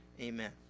Amen